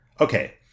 Okay